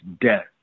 death